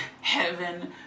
heaven